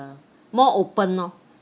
more open lor